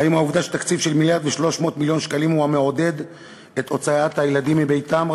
האם התקציב של 1.3 מיליארד שקלים הוא המעודד את הוצאת הילדים מביתם,